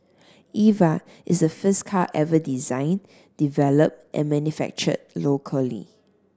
Eva is the first car ever design developed and manufactured locally